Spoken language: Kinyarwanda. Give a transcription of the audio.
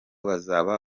bazaba